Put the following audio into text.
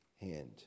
hand